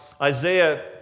Isaiah